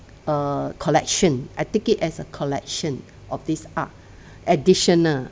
err collection I take it as a collection of these art additional